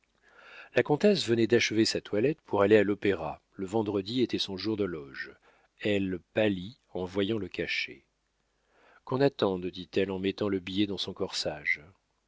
la comtesse venait d'achever sa toilette pour aller à l'opéra le vendredi était son jour de loge elle pâlit en voyant le cachet qu'on attende dit-elle en mettant le billet dans son corsage